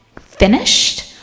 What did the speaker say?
finished